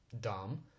dumb